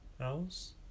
else